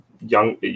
young